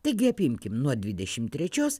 taigi aprimkim nuo dvidešim trečios